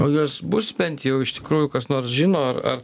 o jos bus bent jau iš tikrųjų kas nors žino ar ar